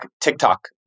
TikTok